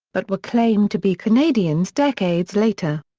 but were claimed to be canadians decades later.